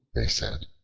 they said,